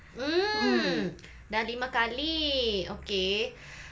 mm dah lima kali okay